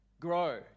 Grow